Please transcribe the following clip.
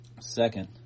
Second